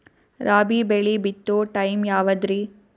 ರಾಬಿ ಬೆಳಿ ಬಿತ್ತೋ ಟೈಮ್ ಯಾವದ್ರಿ?